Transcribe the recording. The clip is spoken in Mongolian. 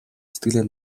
сэтгэлээ